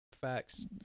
Facts